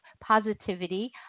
positivity